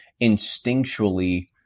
instinctually